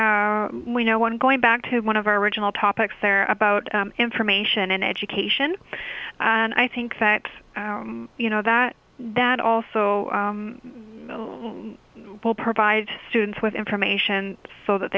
you know one going back to one of our original topics they're about information and education and i think that you know that that also will provide students with information so that